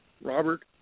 Robert